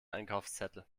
einkaufszettel